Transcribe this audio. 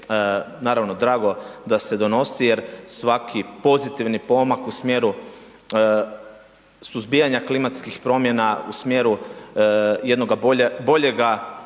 naravno drago da se donosi jer svaki pozitivni pomak u smjeru suzbijanja klimatskih promjena, u smjeru jednoga boljega